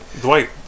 Dwight